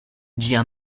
ĝia